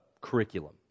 curriculum